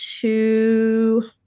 two